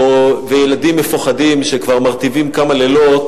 ילדים מפוחדים שכבר מרטיבים כמה לילות